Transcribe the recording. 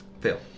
Fail